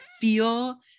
feel